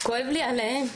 כואב לי עליהם.